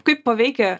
kaip paveikia